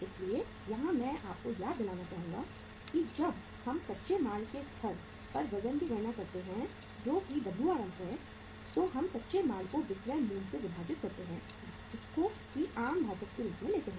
इसलिए यहां मैं आपको याद दिलाना चाहूंगा कि जब हम कच्चे माल के स्तर पर वजन की गणना करते हैं जो कि WRM है तो हम कच्चे माल को विक्रय मूल्य से विभाजित करते हैं जिसको की आम भाजक के रूप में लेते हैं